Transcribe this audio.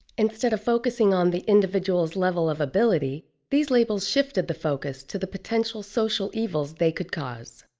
instead of focusing on the individual's level of ability, these labels shifted the focus to the potential social evils they could cause.